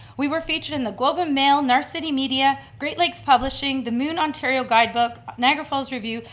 we were featured in the global mail, narcity media, great lakes publishing, the moon ontario guidebook, niagara falls review,